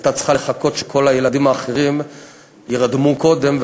היא הייתה צריכה לחכות שכל הילדים האחרים יירדמו קודם,